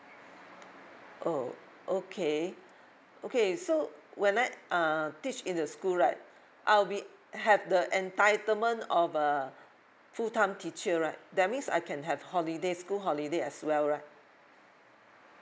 oh okay okay so when I uh teach in the school right I will be have the entitlement of a full time teacher right that means I can have holiday school holiday as well right